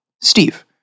Steve